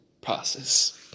process